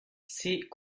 c’est